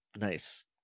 nice